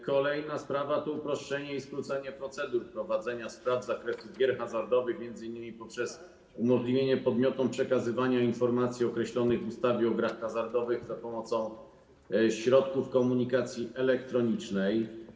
Kolejna sprawa to uproszczenie i skrócenie procedur dotyczących prowadzenia spraw z zakresu gier hazardowych, m.in. poprzez umożliwienie podmiotom przekazywania informacji określonych w ustawie o grach hazardowych za pomocą środków komunikacji elektronicznej.